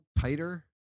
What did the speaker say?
tighter